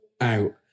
out